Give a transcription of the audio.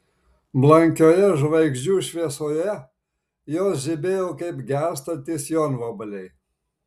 blankioje žvaigždžių šviesoje jos žibėjo kaip gęstantys jonvabaliai